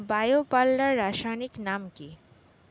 Bio পাল্লার রাসায়নিক নাম কি?